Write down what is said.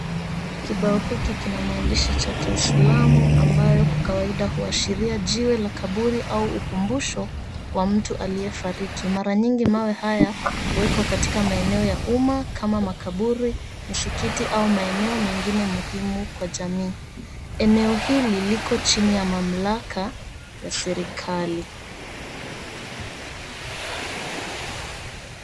Kibao hiki kina maandishi cha kiislamu ambayo kwa kawaida huaashiria jiwe la kaburi au ukumbusho wa mtu aliyefariki. Mara nyingi mawe haya huwekwa katika maeneo ya umma kama makaburi, misikiti au maeneo mengine muhimu kwa jamii. Eneo hili liko chini ya mamlaka ya serikali.